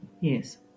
Yes